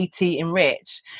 Enrich